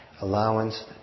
allowance